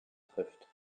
trifft